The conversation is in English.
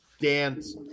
Dance